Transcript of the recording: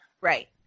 right